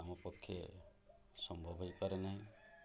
ଆମ ପକ୍ଷେ ସମ୍ଭବ ହୋଇପାରେ ନାହିଁ